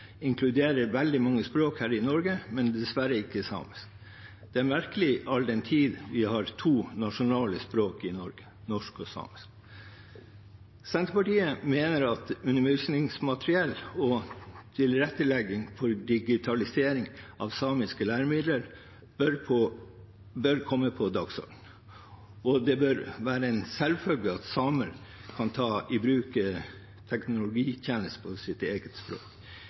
inkluderer veldig mange språk her i Norge, men dessverre ikke samisk. Det er merkelig, all den tid vi har to nasjonale språk i Norge – norsk og samisk. Senterpartiet mener at undervisningsmateriell og tilrettelegging for digitalisering av samiske læremidler bør komme på dagsordenen, og det bør være en selvfølge at samer kan ta i bruk teknologitjenester på sitt eget språk.